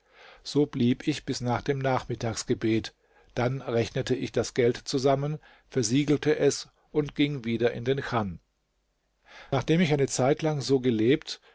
so blieb ich bis nach dem nachmittagsgebet dann rechnete ich das geld zusammen versiegelte es und ging wieder in den chan nachdem ich eine zeitlang so gelebt